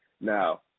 now